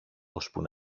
ώσπου